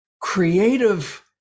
creative